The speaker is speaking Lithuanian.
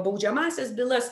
baudžiamąsias bylas